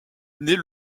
naît